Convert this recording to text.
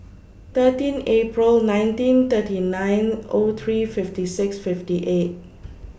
thirteen April nineteen thirty nine O three fifty six fifty eight